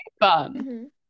fun